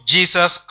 Jesus